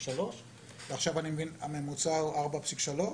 ועכשיו אני מבין שהממוצע הוא 4.3,